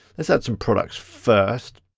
let's add some products first.